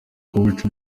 kumuca